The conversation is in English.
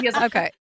Okay